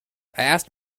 asked